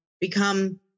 become